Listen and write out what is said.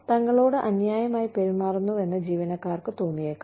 തങ്ങളോട് അന്യായമായി പെരുമാറുന്നുവെന്ന് ജീവനക്കാർക്ക് തോന്നിയേക്കാം